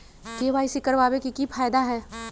KYC करवाबे के कि फायदा है?